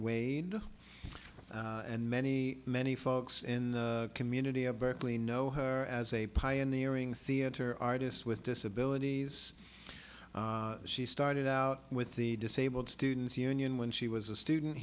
cheryl and many many folks in the community of berkeley know her as a pioneering theatre artist with disabilities she started out with the disabled students union when she was a student